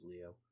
Leo